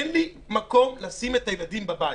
ההורים אומרים שאין להם מקום לילדים בבית.